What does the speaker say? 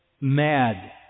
mad